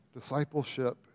Discipleship